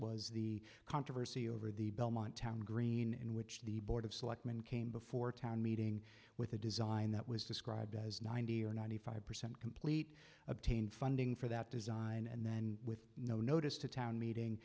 was the controversy over the belmont town green in which the board of selectmen came before town meeting with a design that was described as ninety or ninety five percent complete obtained funding for that design and then with no notice to town meeting